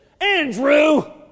Andrew